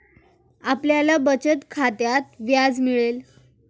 आपल्याला बचत खात्यात व्याज मिळेल